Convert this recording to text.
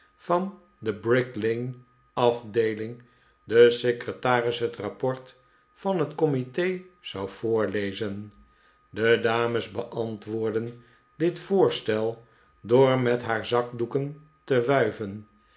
van de bricklane afdeeling de secretaris het rapport van het comite zou voorlezen de dames beantwoordden dit voorstel door met haar zakdoeken te wuivenj